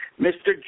Mr